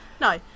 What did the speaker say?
No